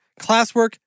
classwork